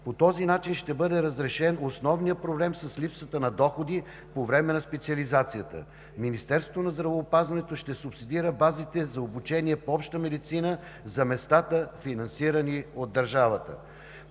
По този начин ще бъде разрешен основният проблем с липсата на доходи по време на специализацията. Министерството на здравеопазването ще субсидира базите за обучение по Обща медицина за местата, финансирани от държавата.